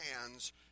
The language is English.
hands